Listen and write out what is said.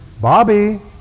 Bobby